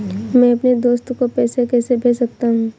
मैं अपने दोस्त को पैसे कैसे भेज सकता हूँ?